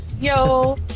Yo